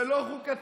זה לא חוקתי,